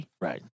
Right